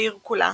העיר כולה